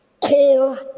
core